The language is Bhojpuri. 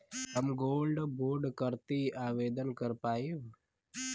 हम गोल्ड बोड करती आवेदन कर पाईब?